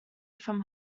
from